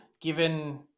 given